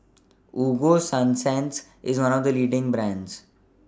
Ego Sunsense IS one of The leading brands